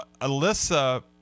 Alyssa